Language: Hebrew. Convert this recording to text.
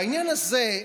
והעניין הזה,